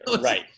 Right